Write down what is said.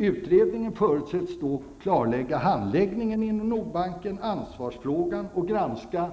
Utredningen förutsätts klarlägga handläggningen inom Nordbanken och ansvarsfrågan samt granska